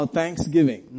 thanksgiving